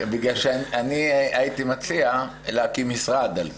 -- אני הייתי מציע להקים משרד על זה.